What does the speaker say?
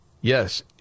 Yes